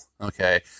Okay